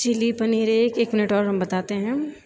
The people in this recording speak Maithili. चिली पनीर एक एक मिनट आओर हम बताते है